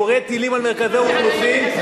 יורה טילים על מרכזי אוכלוסין,